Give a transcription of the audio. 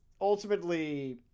ultimately